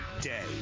day